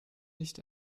nicht